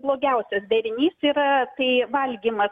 blogiausias derinys yra tai valgymas